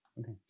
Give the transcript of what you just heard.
Okay